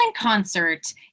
Concert